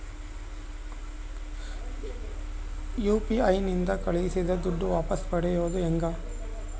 UPI ನಿಂದ ಕಳುಹಿಸಿದ ದುಡ್ಡು ವಾಪಸ್ ಪಡೆಯೋದು ಹೆಂಗ?